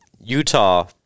Utah